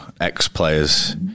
ex-players